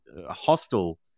hostile